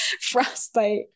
frostbite